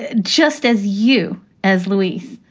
ah just as you as louise,